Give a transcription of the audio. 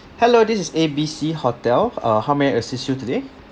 hello this is A B C hotel uh how may I assist you today